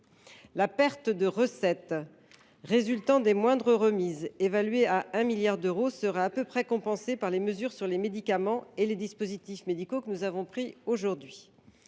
La perte de recettes résultant des moindres remises évaluées à 1 milliard d’euros sera à peu près compensée par les mesures sur les médicaments et les dispositifs médicaux que nous avons votées aujourd’hui.